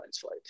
flight